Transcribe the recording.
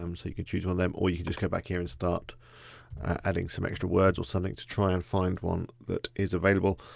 um so you can choose on them or you just go back here and start adding some extra words or something to try and find one that is available.